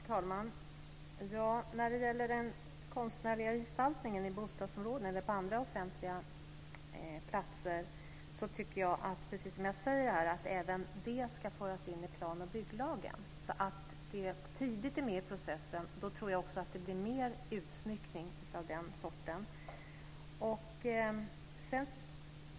Herr talman! När det gäller den konstnärliga gestaltningen i bostadsområden eller på andra offentliga platser tycker jag att även detta ska föras in i planoch bygglagen så att det tidigt är med i processen. Då tror jag också att det blir mer utsmyckning.